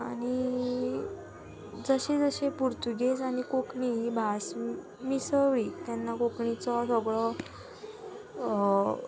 आनी जशें जशें पुर्तुगीज आनी कोंकणी ही भास मिसवळी तेन्ना कोंकणीचो सगळो